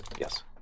Yes